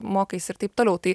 mokaisi ir taip toliau tai